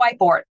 whiteboard